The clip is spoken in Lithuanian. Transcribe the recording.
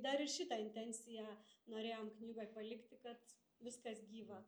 dar šitą intenciją norėjom knygoj palikti kad viskas gyva